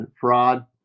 fraud